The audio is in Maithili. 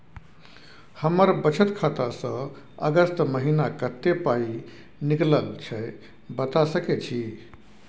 हमर बचत खाता स अगस्त महीना कत्ते पाई निकलल छै बता सके छि?